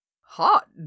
Hot